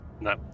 No